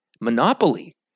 Monopoly